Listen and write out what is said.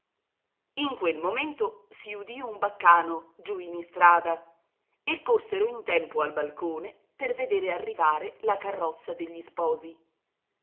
in quel momento si udì un baccano giù in istrada e corsero in tempo al balcone per vedere arrivare la carrozza degli sposi